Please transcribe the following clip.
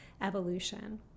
evolution